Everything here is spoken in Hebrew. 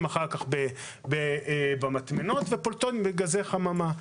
אחר כך במטמנות שפולטות גזי חממה.